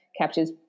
captures